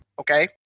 Okay